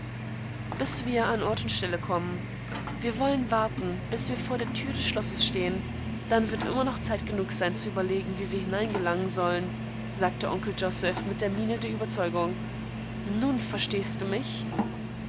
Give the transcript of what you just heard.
bis wir an ort und stelle kommen wir wollen warten bis wir vor der tür des schlosses stehen dann wird immer noch zeit genug sein zu überlegen wie wir hineingelangen sollen sagte onkel joseph mit der miene der überzeugung nun verstehstdumich ja